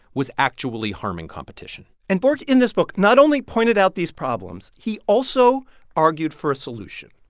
was actually harming competition and bork in this book not only pointed out these problems, he also argued for a solution.